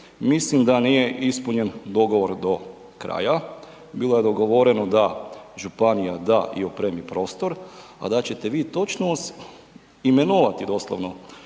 mislim da nije ispunjen dogovor do kraja, bilo je dogovoreno da županija da i opremi prostor a da ćete vi točno imenovati doslovno